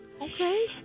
Okay